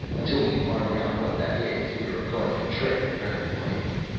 until we find out what that is we are going to tread very lightly.